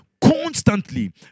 constantly